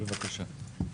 בבקשה.